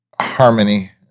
harmony